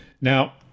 Now